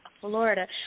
Florida